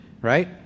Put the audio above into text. right